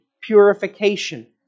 purification